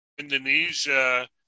Indonesia